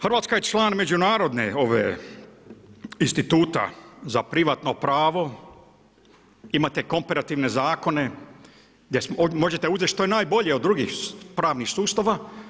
Hrvatska je član međunarodnog instituta za privatno pravo, imate komparativne zakone gdje možete uzeti što ja najbolje od drugih pravnih sustava.